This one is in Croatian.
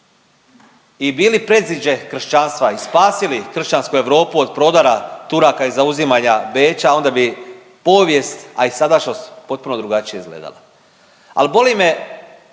i bili predziđe kršćanstva i spasili kršćansku Europu od prodora Turaka i zauzimanja Beča. Onda bi povijest, a i sadašnjost potpuno drugačije izgledala. Ali boli me